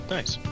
Nice